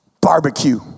barbecue